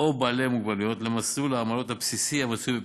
או בעלי מוגבלויות למסלול העמלות הבסיסי המצוי בפיקוח,